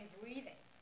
breathing